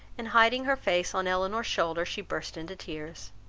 and hiding her face on elinor's shoulder, she burst into tears.